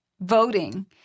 voting—